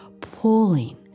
pulling